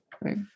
Right